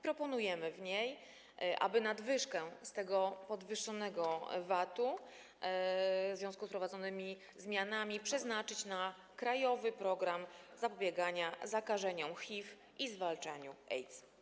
Proponujemy w niej, aby nadwyżkę z tego podwyższonego VAT-u w związku z wprowadzonymi zmianami przeznaczyć na „Krajowy program zapobiegania zakażeniom HIV i zwalczania AIDS”